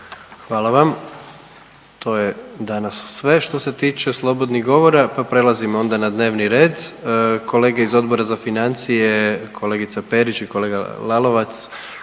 (HDZ)** To je danas sve što se tiče slobodnih govora, pa prelazimo onda na dnevni red. Kolege iz Odbora za financije, kolegica Perić i kolega Lalovac